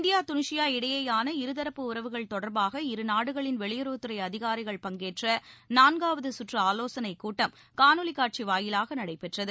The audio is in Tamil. இந்தியாதுளிசிய இடையேயான இருதரப்பு உறவுகள் தொடர்பாக இரு நாடுகளின் வெளியுறவுத் துறைஅதிகாரிகள் பங்கேற்றநான்காவதுகற்றுஆலோசனைக் கூட்டம் காணொலிக் காட்சிவாயிலாகநடைபெற்றது